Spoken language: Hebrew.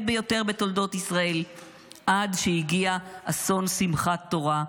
ביותר בתולדות ישראל עד שהגיע אסון שמחת תורה,